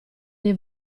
dei